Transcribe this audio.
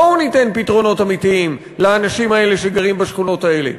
בואו ניתן פתרונות אמיתיים לאנשים האלה שגרים בשכונות האלה.